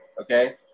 Okay